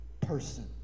person